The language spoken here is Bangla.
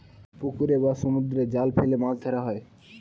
পুকুরে বা সমুদ্রে জাল ফেলে মাছ ধরা হয়